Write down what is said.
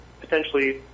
potentially